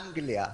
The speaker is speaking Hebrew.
אנגליה,